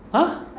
!huh!